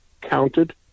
counted